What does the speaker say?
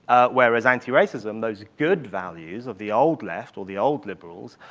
whereas anti-racism, those good values of the old left or the old liberals,